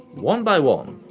one by one,